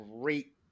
great